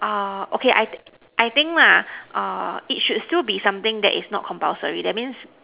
err okay I I think lah err it should still be something that is not compulsory that means